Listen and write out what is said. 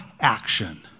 action